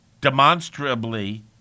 demonstrably